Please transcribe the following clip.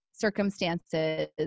circumstances